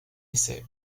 essai